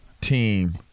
team